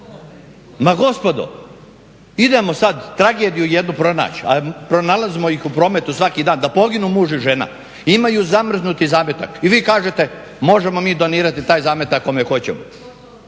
Ma gospodo idemo sad tragediju jednu pronać', a pronalazimo ih u prometu svaki dan, da poginu muž i žena, imaju zamrznuti zametak i vi kažete možemo mi donirati taj zametak kome hoćemo.